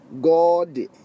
God